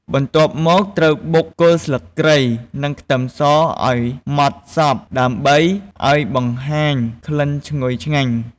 បន្ទាប់មក ត្រូវបុកគល់ស្លឹកគ្រៃ និងខ្ទឹមសឱ្យម៉ដ្ឋសព្វ ដើម្បីឱ្យបង្ហាញក្លិនឈ្ងុយឆ្ងាញ់។